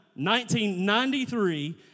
1993